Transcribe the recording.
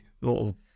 little